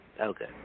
Okay